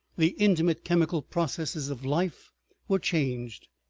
the intimate chemical processes of life were changed,